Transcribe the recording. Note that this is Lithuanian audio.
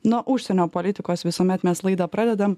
nuo užsienio politikos visuomet mes laidą pradedam